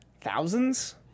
thousands